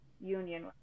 union